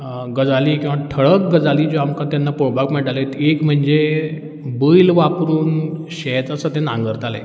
गजाली किंवा ठळक गजाली ज्यो आमकां तेन्ना पळोवपाक मेळटाले त् एक म्हणजे बैल वापरून शेत आसा तें नांगरतालें